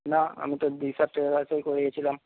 না আমি তো দিশা টেলার্সেই করিয়েছিলাম